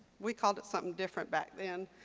we called it something different back then,